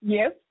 Yes